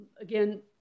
Again